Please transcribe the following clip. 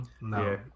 No